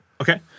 Okay